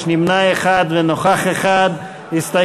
ויש נמנע אחד ונוכח אחד שלא השתתף.